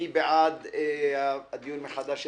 מי בעד הדיון מחדש?